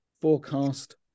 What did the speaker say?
forecast